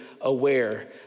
aware